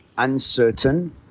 uncertain